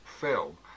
film